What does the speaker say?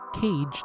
Caged